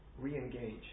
Re-engage